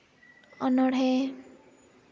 ᱚᱱᱚᱬᱦᱮᱸ